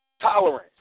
tolerance